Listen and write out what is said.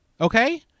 Okay